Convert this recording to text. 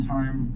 Time